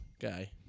guy